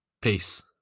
Peace